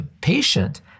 patient